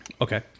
Okay